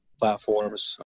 platforms